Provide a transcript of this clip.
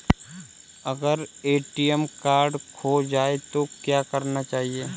अगर ATM card खो जाए तो क्या करना चाहिए?